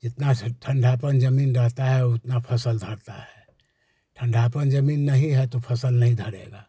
जितना से ठंडापन ज़मीन रहता है उतना फ़सल धरता है ठंडापन ज़मीन नहीं है तो फ़सल नहीं धरेगा